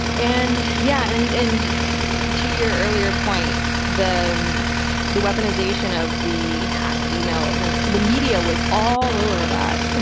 and yeah, and and to your earlier point, the the weaponization of the hacked emails, and the media was all over that. but